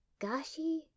Gashi